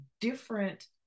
different